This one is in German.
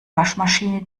waschmaschine